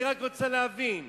אני רק רוצה להבין: